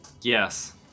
Yes